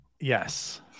yes